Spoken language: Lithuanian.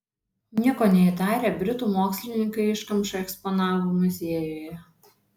nieko neįtarę britų mokslininkai iškamšą eksponavo muziejuje